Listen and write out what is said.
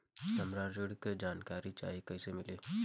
हमरा ऋण के जानकारी चाही कइसे मिली?